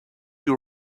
you